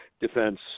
defense